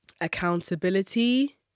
accountability